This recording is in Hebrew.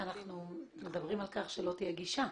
אנחנו מדברים על כך שלא תהיה גישה.